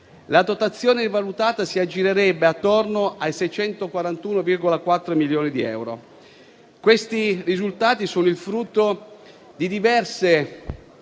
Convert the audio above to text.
la dotazione rivalutata si aggirerebbe attorno ai 641,4 milioni di euro. Questi risultati sono il frutto di diverse